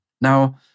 Now